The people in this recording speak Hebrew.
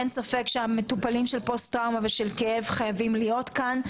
אין ספק שהמטופלים של פוסט טראומה ושל כאב חייבים להיות כאן.